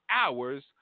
hours